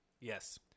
Yes